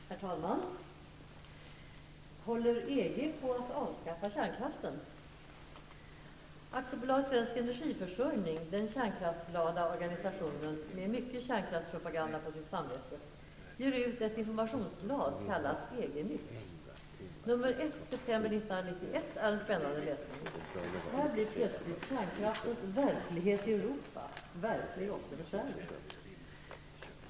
Herr talman! Håller EG på att avskaffa kärnkraften? AB Svensk Energiförsörjning, den kärnkraftsglada organisationen, med mycket kärnkraftspropaganda på sitt samvete, ger ut ett informationsblad kallat EG-Nytt. Nr 1 från september 1991 är en spännande läsning. Här blir plötsligt kärnkraftens verklighet i Europa verklig också för Sverige.